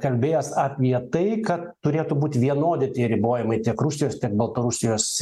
kalbėjęs apie tai kad turėtų būti vienodi tie ribojimai tiek rusijos tiek baltarusijos